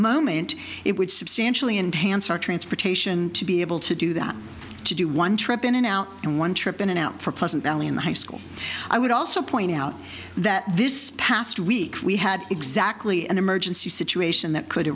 moment it would substantially enhanced our transportation to be able to do that to do one trip in and out and one trip in and out for pleasant valley and high school i would also point out that this past week we had exactly an emergency situation that could